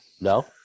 No